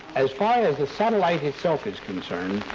as far as the satellite itself is concerned,